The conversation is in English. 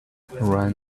ran